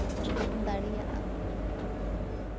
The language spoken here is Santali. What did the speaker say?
ᱫᱟᱲᱮᱭᱟᱜᱼᱟ